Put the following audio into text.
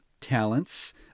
talents